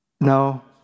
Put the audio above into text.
No